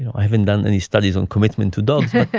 you know i haven't done any studies on commitment to dogs,